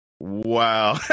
Wow